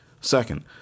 Second